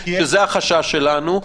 שזה החשש שלנו,